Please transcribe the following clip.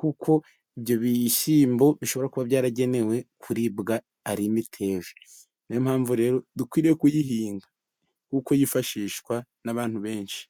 kuko ibyo bishyimbo bishobora kuba byaragenewe kuribwa ari imiteja. Ni yo mpamvu rero dukwiriye kuyihinga kuko yifashishwa n'abantu benshi.